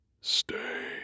Stay